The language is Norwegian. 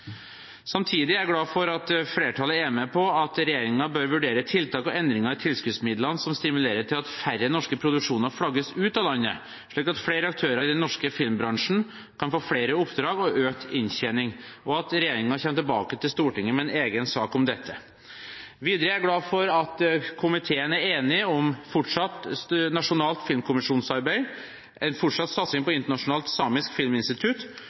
Samtidig er jeg glad for at flertallet ber regjeringen vurdere tiltak og endringer i tilskuddsmidlene som stimulerer til at færre norske produksjoner flagges ut av landet, slik at flere aktører i den norske filmbransjen kan få flere oppdrag og økt inntjening, og at regjeringen kommer tilbake til Stortinget med en egen sak om dette. Videre er jeg glad for at komiteen er enig om fortsatt nasjonalt filmkommisjonsarbeid, en fortsatt satsing på Internasjonalt Samisk Filminstitutt,